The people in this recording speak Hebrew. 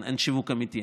אין שיווק אמיתי,